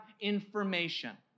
information